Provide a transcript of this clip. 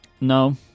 No